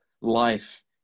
life